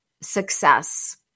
success